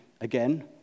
again